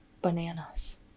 bananas